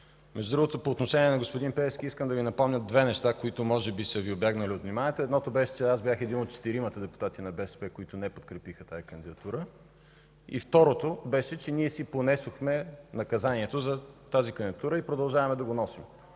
Между другото по отношение на господин Пеевски, искам да Ви напомня две неща, които може би са убягнали от вниманието Ви. Едното беше, че аз бях един от четиримата депутати на БСП, които не подкрепиха тази кандидатура. Второто беше, че ние си понесохме наказанието за тази кандидатура и продължаваме да го носим.